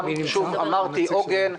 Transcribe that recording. אמרתי: "עוגן"